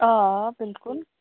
آ بِلکُل